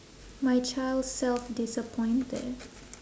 my child self disappointed